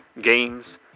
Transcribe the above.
games